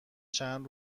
چند